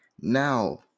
now